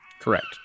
Correct